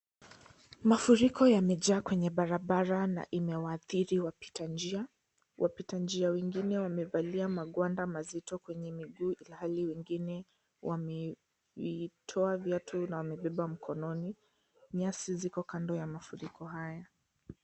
Mafuriko yamejaa kwenye barabara na imewaadhiri wapita njia, wapita njia wengine wamevalia magwanda mazito kwenye miguu ilhali wengi wameitoa viatu na wamebeba mkononi. Nyasi ziko kando ya mafuriko haya.